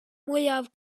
mwyaf